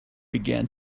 began